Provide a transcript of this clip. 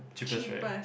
cheapest right